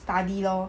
study lor